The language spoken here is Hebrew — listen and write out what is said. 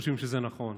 חושבים שזה נכון.